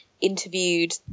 interviewed